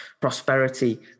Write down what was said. prosperity